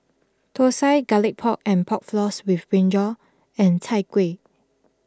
Thosai Garlic Pork and Pork Floss with Brinjal and Chai Kuih